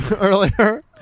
earlier